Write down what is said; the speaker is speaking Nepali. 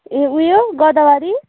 ए उयो गोदावरी